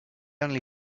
only